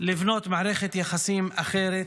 לבנות מערכת יחסים אחרת,